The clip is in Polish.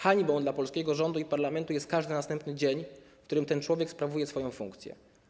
Hańbą dla polskiego rządu i parlamentu jest każdy następny dzień, w którym ten człowiek sprawuje swoją funkcję.